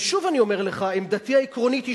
ושוב אני אומר לך: עמדתי העקרונית היא